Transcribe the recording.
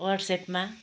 वाट्सएपमा